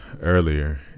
Earlier